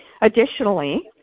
Additionally